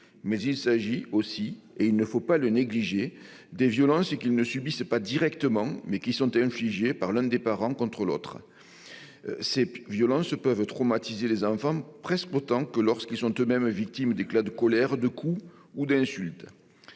Mais il s'agit aussi, et il ne faut pas le négliger, des violences qu'ils ne subissent pas directement, mais qui sont infligées par l'un des parents à l'autre. Celles-ci peuvent traumatiser les enfants presque autant que lorsqu'ils sont eux-mêmes victimes d'éclats de colère, de coups ou d'insultes.